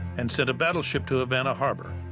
and sent a battleship to havana harbor,